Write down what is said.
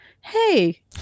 Hey